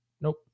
Nope